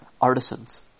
artisans